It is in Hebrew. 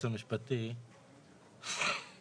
נוצר מצב שלא היה מי שפיקח על יישום החוק.